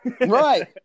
Right